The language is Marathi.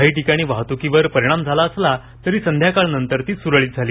काही ठिकाणी वाहतुकीवर परिणाम झाला असला तरी संध्याकाळनंतर ती सुरळीत झाली